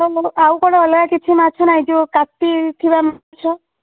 ଆଉ କଣ ଅଲଗା କିଛି ମାଛ ନାହିଁ ଯେଉଁ କାତି ଥିବା ମାଛ